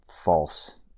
false